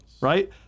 right